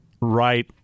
right